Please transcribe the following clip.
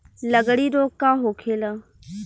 लगड़ी रोग का होखेला?